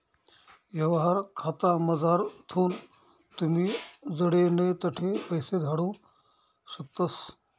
यवहार खातामझारथून तुमी जडे नै तठे पैसा धाडू शकतस